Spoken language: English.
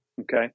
okay